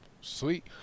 sweet